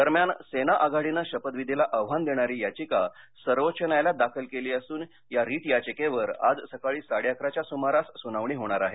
दरम्यान सेना आघाडीनं शपथविधीला आव्हान देणारी याचिका सर्वोच्च न्यायालयात दाखल केली असून या रिट याचिकेवर आज सकाळी साडेअकराच्या सुमारास सुनावणी होणार आहे